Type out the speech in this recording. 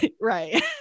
right